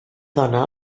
dona